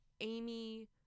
Amy